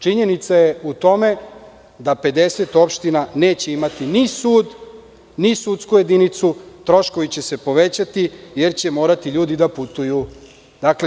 Činjenica je u tome da 50 opština neće imati ni sud ni sudsku jedinicu, troškovi će se povećati jer će ljudi morati da putuju.